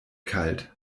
kalt